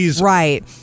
Right